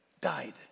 died